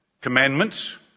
commandments